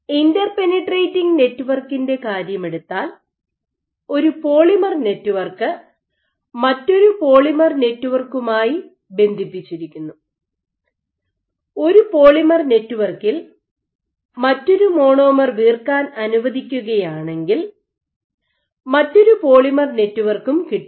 interpenetrating നെറ്റ്വർക്കിന്റെ കാര്യമെടുത്താൽ ഒരു പോളിമർ നെറ്റ്വർക്ക് മറ്റൊരു പോളിമർ നെറ്റ്വർക്കുമായി ബന്ധിപ്പിച്ചിരിക്കുന്നു ഒരു പോളിമർ നെറ്റ്വർക്കിൽ മറ്റൊരു മോണോമർ വീർക്കാൻ അനുവദിക്കുകയാണെങ്കിൽ മറ്റൊരു പോളിമർ നെറ്റ്വർക്ക് കിട്ടും